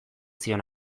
zion